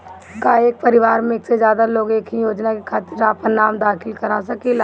का एक परिवार में एक से ज्यादा लोग एक ही योजना के खातिर आपन नाम दाखिल करा सकेला?